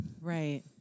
Right